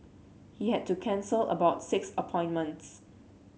he had to cancel about six appointments